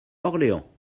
orléans